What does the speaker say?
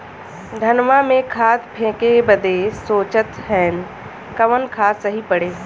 धनवा में खाद फेंके बदे सोचत हैन कवन खाद सही पड़े?